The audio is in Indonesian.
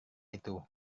itu